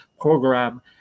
program